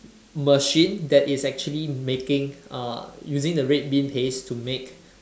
machine that is actually making uh using the red bean paste to make